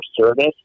service